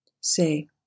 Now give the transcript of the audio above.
say